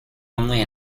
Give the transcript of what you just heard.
only